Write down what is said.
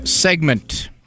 segment